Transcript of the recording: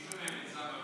של קבוצת סיעת ישראל